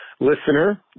listener